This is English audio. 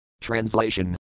Translation